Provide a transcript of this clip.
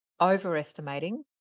overestimating